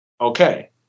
Okay